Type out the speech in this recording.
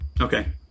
Okay